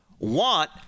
want